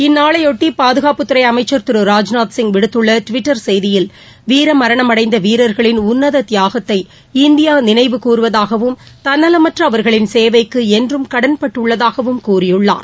இந்நாளையொட்டி பாதுகாப்புத்துறை அமைச்சர் திரு ராஜ்நாத் சிங்விடுத்துள்ள டுவிட்டர் செய்தியில் வீரமரணம் அடைந்த வீரர்களின் உன்னத தியாத்தை இந்தியா நினைவு கூறுவதாகவும் தன்னலமற்ற அவர்களின் சேவைக்கு என்றும் கடன்பட்டுளளதாகவும் கூறியுள்ளார்